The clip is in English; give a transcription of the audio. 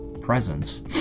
presence